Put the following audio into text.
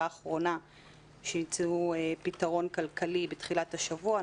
האחרונה שימצאו פתרון כלכלי בתחילת השבוע.